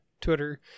Twitter